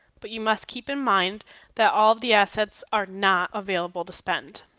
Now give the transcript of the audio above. but you must keep in mind that all of the assets are not available to spend.